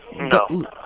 No